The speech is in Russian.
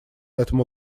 этому